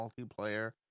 multiplayer